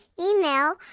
email